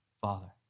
Father